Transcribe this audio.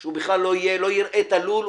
שהוא בכלל לא יראה את הלול,